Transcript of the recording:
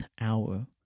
hour